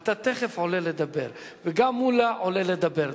אתה תיכף עולה לדבר, וגם מולה עולה לדבר.